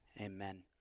amen